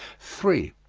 three.